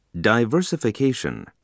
Diversification